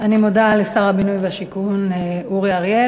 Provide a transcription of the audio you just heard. אני מודה לשר הבינוי והשיכון אורי אריאל.